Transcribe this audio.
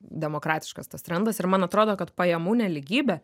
demokratiškas tas trendas ir man atrodo kad pajamų nelygybė